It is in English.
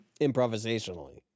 Improvisationally